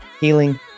healing